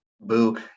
Boo